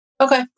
Okay